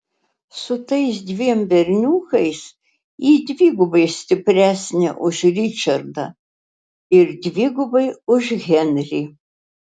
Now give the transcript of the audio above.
su tais dviem berniukais ji dvigubai stipresnė už ričardą ir dvigubai už henrį